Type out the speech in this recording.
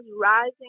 rising